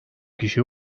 kişi